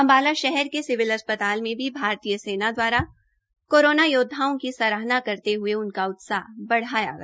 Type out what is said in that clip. अम्बाला शहर के सिविल अस्पताल में भी भारतीय सेना द्वारा कोरोना योद्वाओं की सराहना करते ह्ये उनका उत्साह बढ़ाया गया